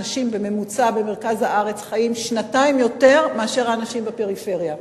אנשים במרכז הארץ חיים בממוצע שנתיים יותר מאשר האנשים בפריפריה.